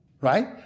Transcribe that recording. right